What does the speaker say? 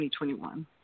2021